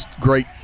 great